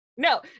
No